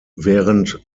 während